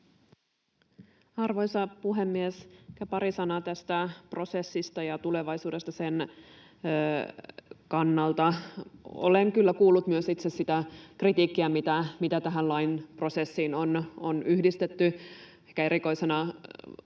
Arvoisa puhemies! Pari sanaa tästä prosessista ja tulevaisuudesta sen kannalta. Olen kyllä kuullut myös itse sitä kritiikkiä, mitä tähän lain prosessiin on yhdistetty. Ehkä erikoisena osana